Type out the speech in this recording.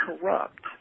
corrupt